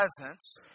presence